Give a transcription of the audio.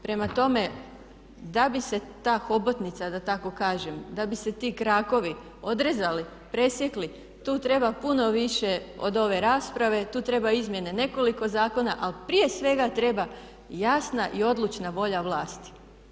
Prema tome da bi se ta hobotnica da tako kažem, da bi se ti krakovi odrezali, presjekli, tu treba puno više od ove rasprave, tu treba izmjene nekoliko zakona ali prije svega treba jasna i odlučna volja vlasti.